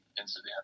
incident